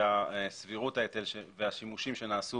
שסבירות ההיטל והשימושים שנעשו